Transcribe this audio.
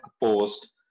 post